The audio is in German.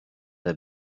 der